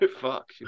fuck